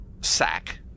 sack